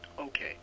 okay